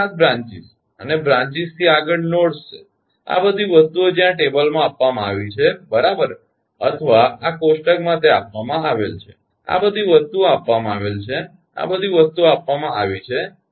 ત્યાં 7 બ્રાંચીસ અને બ્રાંચીસથી આગળ નોડ્સ છે આ બધી વસ્તુઓ જ્યાં ટેબલમાં આપવામાં આવી છે બરાબર અથવા આ કોષ્ટકમાં તે આપવામાં આવેલ છે આ બધી વસ્તુઓ આપવામાં આવેલ છે આ બધી વસ્તુઓ આપવામાં આવી છે